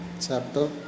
Chapter